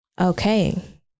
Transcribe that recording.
okay